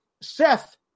Seth